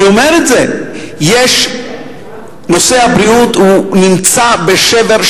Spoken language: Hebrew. אני אומר שנושא הבריאות נמצא בשבר,